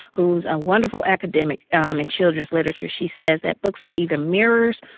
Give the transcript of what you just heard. who's a wonderful academic um in children's literature she says that books are either mirrors,